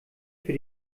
für